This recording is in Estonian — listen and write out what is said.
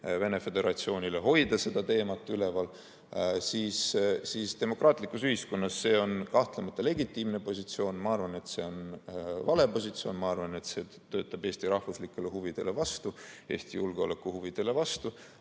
Venemaa Föderatsioonile ja hoida seda teemat üleval, siis demokraatlikus ühiskonnas on see kahtlemata legitiimne positsioon. Ma arvan, et see on vale positsioon, ma arvan, et see töötab Eesti rahvuslikele huvidele vastu, Eesti julgeolekuhuvidele vastu,